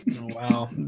Wow